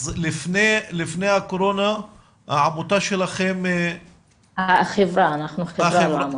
לפני הקורונה העמותה שלכם --- אנחנו חברה לא עמותה.